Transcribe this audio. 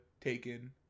taken